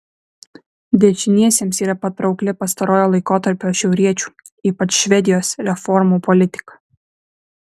dešiniesiems yra patraukli pastarojo laikotarpio šiauriečių ypač švedijos reformų politika